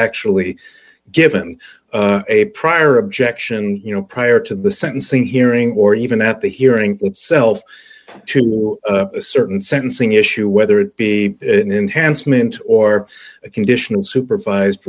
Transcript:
actually given a prior objection you know prior to the sentencing hearing or even at the hearing itself to a certain sentencing issue whether it be an enhanced mint or a conditional supervised